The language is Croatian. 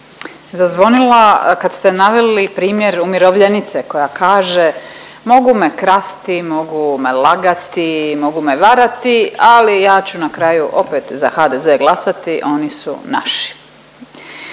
zazvonila kad ste naveli primjer umirovljenice koja kaže mogu me krasti, mogu me lagati, mogu me varati, ali ja ću na kraju opet za HDZ glasati, oni su naši.